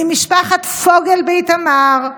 ממשפחת פוגל באיתמר,